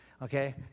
Okay